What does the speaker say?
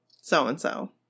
so-and-so